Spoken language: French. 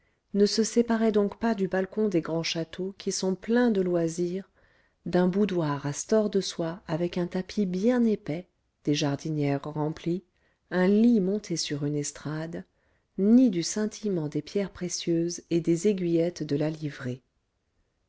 ne se séparaient donc pas du balcon des grands châteaux qui sont pleins de loisirs d'un boudoir à stores de soie avec un tapis bien épais des jardinières remplies un lit monté sur une estrade ni du scintillement des pierres précieuses et des aiguillettes de la livrée